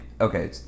okay